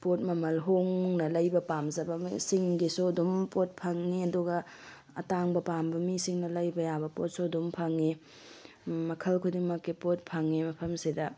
ꯄꯣꯠ ꯃꯃꯜ ꯍꯣꯡꯅ ꯂꯩꯕ ꯄꯥꯝꯖꯕꯁꯤꯡꯒꯤꯁꯨ ꯑꯗꯨꯝ ꯄꯣꯠ ꯐꯪꯅꯤ ꯑꯗꯨꯒ ꯑꯇꯥꯡꯕ ꯄꯥꯝꯕ ꯃꯤꯁꯤꯡꯅ ꯂꯩꯕ ꯌꯥꯕ ꯄꯣꯠꯁꯨ ꯑꯗꯨꯝ ꯐꯪꯉꯤ ꯃꯈꯜ ꯈꯨꯗꯤꯡꯃꯛꯀꯤ ꯄꯣꯠ ꯐꯪꯉꯤ ꯃꯐꯝꯁꯤꯗ